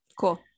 Cool